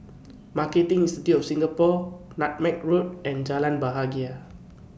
Marketing Institute of Singapore Nutmeg Road and Jalan Bahagia